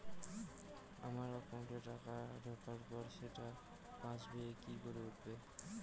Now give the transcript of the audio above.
আমার একাউন্টে টাকা ঢোকার পর সেটা পাসবইয়ে কি করে উঠবে?